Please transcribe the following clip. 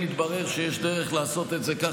אם יתברר שיש דרך לעשות את זה כך,